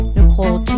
Nicole